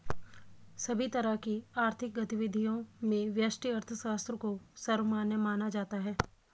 सभी तरह की आर्थिक गतिविधियों में व्यष्टि अर्थशास्त्र को सर्वमान्य माना जाता है